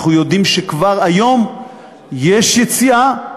אנחנו יודעים שכבר היום יש יציאה,